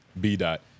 B-Dot